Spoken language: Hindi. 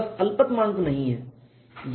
बस अल्पतमांक नहीं है